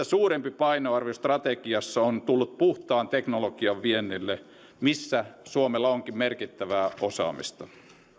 suurempi painoarvo strategiassa on tullut puhtaan teknologian viennille missä suomella onkin merkittävää osaamista